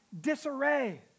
disarray